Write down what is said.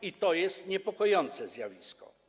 i to jest niepokojące zjawisko.